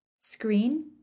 screen